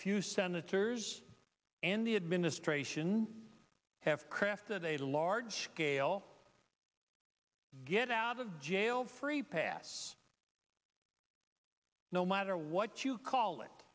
few senators and the administration have crafted a large scale get out of jail free pass no matter what you call it